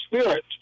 Spirit